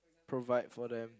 provide for them